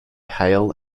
hail